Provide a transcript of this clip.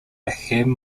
haim